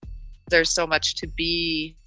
there's so much to be